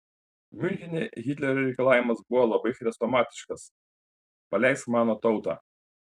miunchene hitlerio reikalavimas buvo labai chrestomatiškas paleisk mano tautą